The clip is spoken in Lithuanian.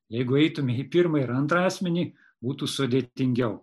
jeigu eitume į pirmą ir antrąjį asmenį būtų sudėtingiau